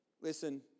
listen